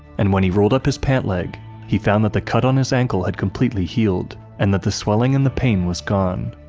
and when he rolled up his pant leg he found that the cut on his ankle had completely healed, and that the swelling and the pain was gone.